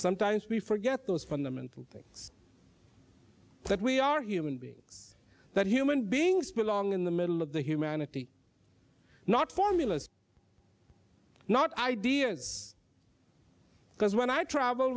sometimes we forget those fundamental things that we are human beings that human beings belong in the middle of the humanity not formulas not ideas because when i travel